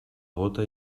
bóta